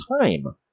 time